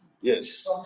Yes